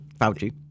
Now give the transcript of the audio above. Fauci